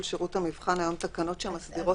שירות המבחן היום תקנות שמסדירות את זה.